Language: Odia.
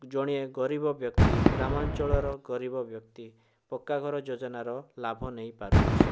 ଜଣେ ଗରିବ ବ୍ୟକ୍ତି ଗ୍ରାମାଞ୍ଚଳର ଗରିବ ବ୍ୟକ୍ତି ପକ୍କାଘର ଯୋଜନାର ଲାଭ ନେଇପାରୁଅଛି